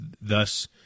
thus